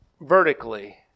vertically